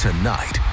Tonight